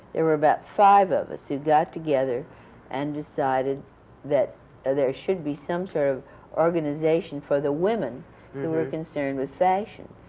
there were about five of us who got together and decided that ah there should be some sort of organization for the women who were concerned with fashion.